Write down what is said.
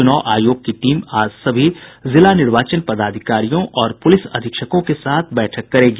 चुनाव आयोग की टीम आज सभी जिला निर्वाचन पदाधिकारियों और पुलिस अधीक्षकों के साथ बैठक करेगी